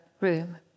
room